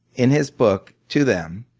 in his book to them.